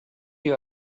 you